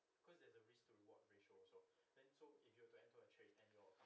cause at the risk reward ratio so then so if you entered a trait annual